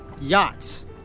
yachts